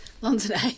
london